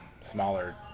smaller